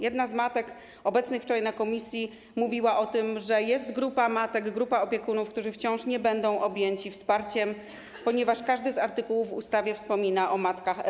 Jedna z matek obecnych wczoraj na posiedzeniu komisja mówiła o tym, że jest grupa matek, grupa opiekunów, którzy wciąż nie będą objęci wsparciem, ponieważ każdy z artykułów w ustawie wspomina o matkach EWK.